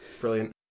brilliant